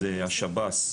זה השב"ס,